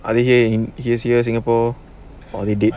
are they here's here in singapore or they did